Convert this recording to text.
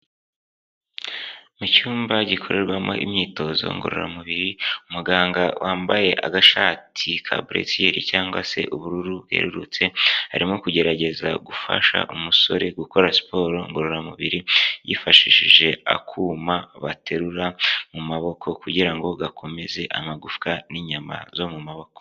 Mu cyumba gikorerwamo imyitozo ngororamubiri, umuganga wambaye agashati ka burusiyeri cyangwa se ubururu bwerurutse, arimo kugerageza gufasha umusore gukora siporo ngororamubiri yifashishije akuma baterura mu maboko, kugira ngo gakomeze amagufwa n'inyama zo mu maboko.